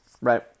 right